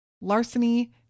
larceny